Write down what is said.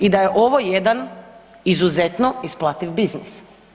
I da je ovo jedan izuzetno isplativ biznis.